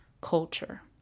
culture